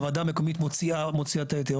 הוועדה המקומית מוציאה את ההיתר,